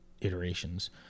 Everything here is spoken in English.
iterations